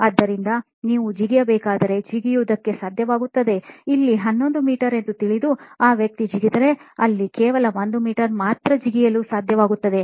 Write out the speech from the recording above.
ಆದ್ದರಿಂದ ನೀವು ಜಿಗಿಯಬೇಕಾದರೆ ಜಿಗಿಯುವುದಕ್ಕೆ ಸಾಧ್ಯವಾಗುತ್ತದೆ ಇಲ್ಲಿ 11 ಮೀ ಎಂದು ತಿಳಿದು ಆ ವ್ಯಕ್ತಿಯು ಜಿಗಿದರೆ ಅಲ್ಲಿ ಕೇವಲ 1 ಮೀ ಮಾತ್ರ ಜಿಗಿಯಲು ಸಾಧ್ಯವಾಗುತ್ತದೆ